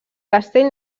castell